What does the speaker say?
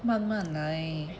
慢慢来